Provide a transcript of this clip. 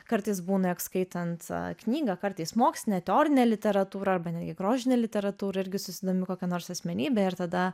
kartais būna jog skaitant knygą kartais mokslinę teorinę literatūrą arba netgi grožine literatūra irgi susidomi kokia nors asmenybe ir tada